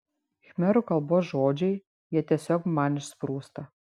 khmerų kalbos žodžiai jie tiesiog man išsprūsta